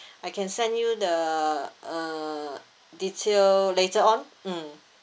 I can send you the uh detail later on mm